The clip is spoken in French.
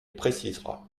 précisera